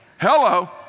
Hello